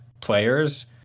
players